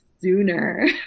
sooner